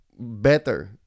Better